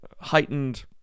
heightened